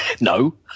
No